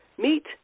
meet